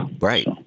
Right